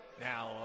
now